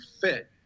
fit